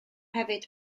hefyd